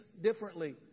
differently